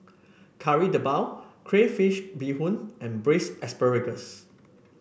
Kari Debal Crayfish Beehoon and Braised Asparagus